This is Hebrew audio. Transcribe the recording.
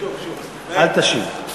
אל תשיב.